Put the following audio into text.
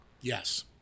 Yes